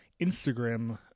Instagram